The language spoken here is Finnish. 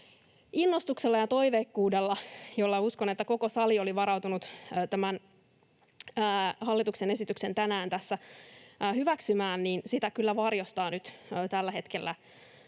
innostusta ja toiveikkuutta, uskon, jolla koko sali oli varautunut tämän hallituksen esityksen tänään tässä hyväksymään, kyllä varjostaa nyt tällä hetkellä